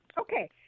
Okay